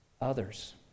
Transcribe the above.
others